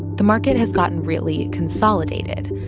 the market has gotten really consolidated,